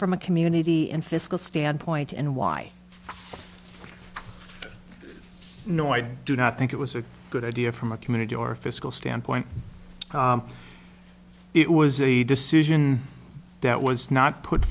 from a community and fiscal standpoint and why no i do not think it was a good idea from a community or fiscal standpoint it was the decision that was not put